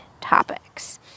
topics